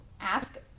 ask